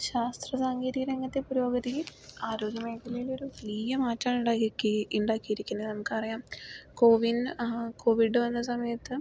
ശാസ്ത്ര സാങ്കേതിക രംഗത്തെ പുരോഗതി ആരോഗ്യ മേഖലയിലൊരു വലിയ മാറ്റമാണ് ഉണ്ടാക്കീ ഉണ്ടാക്കിയിരിക്കുന്നത് നമുക്കറിയാം കോവിൻ കോവിഡ് വന്ന സമയത്ത്